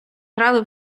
грали